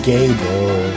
Gable